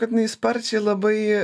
kad jinai sparčiai labai